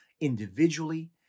individually